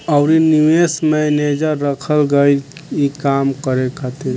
अउरी निवेश मैनेजर रखल गईल ई काम करे खातिर